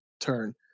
turn